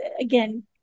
again